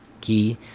key